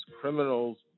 criminals